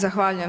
Zahvaljujem.